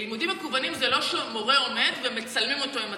הרי לימודים המקוונים זה לא שהמורה עומד ומצלמים אותו עם מצלמה.